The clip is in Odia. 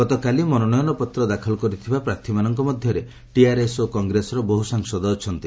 ଗତକାଲି ମନୋନୟନପତ୍ର ଦାଖଲ କରିଥିବା ପ୍ରାର୍ଥୀମାନଙ୍କ ମଧ୍ୟରେ ଟିଆର୍ଏସ୍ ଓ କଂଗ୍ରେସର ବହୁ ସାଂସଦ ଅଛନ୍ତି